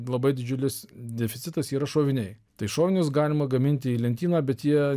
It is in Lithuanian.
labai didžiulis deficitas yra šoviniai tai šovinius galima gaminti į lentyną bet jie